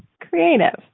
Creative